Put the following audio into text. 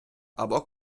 або